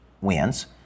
wins